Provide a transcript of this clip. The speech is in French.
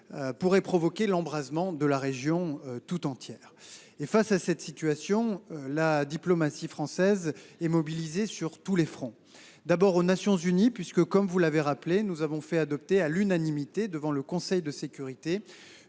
pourrait provoquer l’embrasement de la région tout entière. Face à cette situation, la diplomatie française est mobilisée sur tous les fronts. La France agit tout d’abord aux Nations unies. Comme vous l’avez rappelé, nous avons fait adopter à l’unanimité du Conseil de sécurité